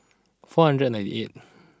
four hundred and ninety eight